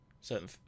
certain